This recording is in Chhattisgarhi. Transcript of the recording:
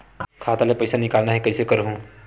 खाता ले पईसा निकालना हे, कइसे करहूं?